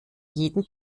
jeden